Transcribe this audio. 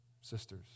sisters